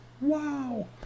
wow